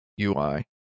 ui